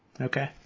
Okay